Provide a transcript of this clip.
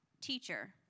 Teacher